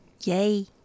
Yay